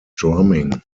drumming